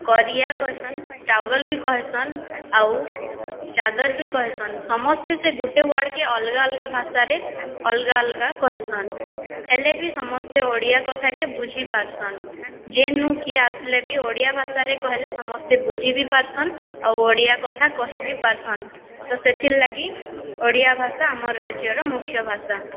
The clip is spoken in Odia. କରିଆ କହେସନ୍ ଟାୱେଲ୍ ବି କହେସନ୍ ଆଉ ଚାଦର୍ ବି କହେସନ୍ ସମସ୍ତେ ସେ ଗୁଟେ ୱାଡ଼୍ କେ ଅଲଗା ଅଲଗା ଭାଷା ରେ ଅଲଗା ଅଲଗା କହେସନ୍ ହେଲେ ବି ସମସ୍ତେ ଓଡ଼ିଆ କଥା କେ ବୁଝିପାରୁସନ୍ ଜେନୁ କିଏ ଅସିଲେ ବି ଓଡ଼ିଆ ଭାଷାରେ କିଏ କହିଲେ ସମସ୍ତେ ବୁଝି ବି ପାରୁସନ୍ ଆଉ ଓଡ଼ିଆ କଥା କହିବି ପାରୁସନ୍ ତ ସେଥିର୍ ଲାଗି ଓଡ଼ିଆ ଭାଷା ଆମର୍ ରାଜ୍ୟ ର ମୁଖ୍ୟ ଭାଷା